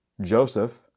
Joseph